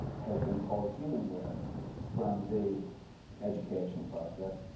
has been called human ware from the educational process.